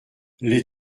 les